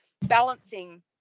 balancing